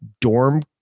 dorm